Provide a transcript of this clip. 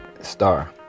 star